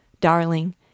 Darling